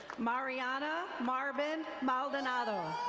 mariana marben maldonado.